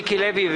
מיקי לוי אומר,